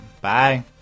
Bye